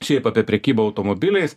šiaip apie prekybą automobiliais